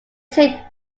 twin